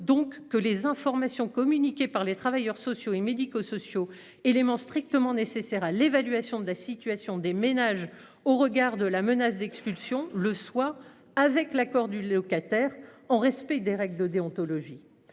donc que les informations communiquées par les travailleurs sociaux et médico-sociaux élément strictement nécessaires à l'évaluation de la situation des ménages au regard de la menace d'expulsion le soir avec l'accord du locataire en respect des règles de déontologie.